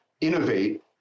innovate